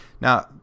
Now